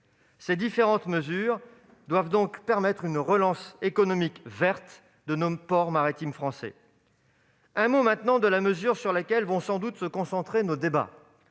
Ces différentes mesures doivent permettre une relance économique verte de nos ports maritimes français. Un mot maintenant de la mesure sur laquelle vont sans doute se concentrer nos débats